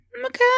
Okay